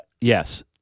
yes